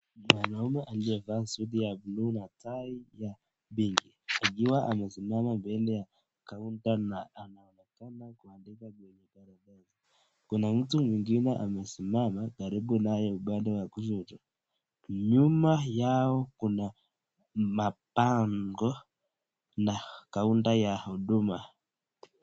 Mwanamume aliyevaa suti ya blue na tai ya pinki , akiwa amesimama mbele ya kaunta na anaonekana kuandika kwenye karatasi. Kuna mtu mwingine amesimama karibu naye upande wa kushoto. Nyuma yao kuna mabango na kaunta ya huduma.